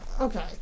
okay